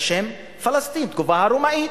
השם פלסטין, התקופה הרומאית.